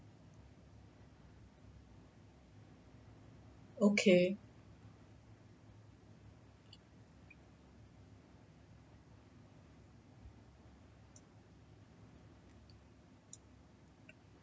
okay